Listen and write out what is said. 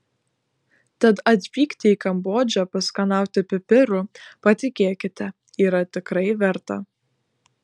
tad atvykti į kambodžą paskanauti pipirų patikėkite yra tikrai verta